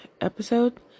episode